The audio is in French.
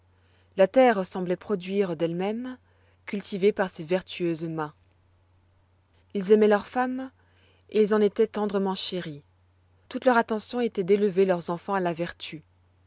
la terre sembloit produire d'elle-même cultivée par ces vertueuses mains ils aimoient leurs femmes et ils en étoient tendrement chéris toute leur attention étoit d'élever leurs enfants à la vertu